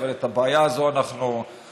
אבל את הבעיה הזאת אנחנו מכירים,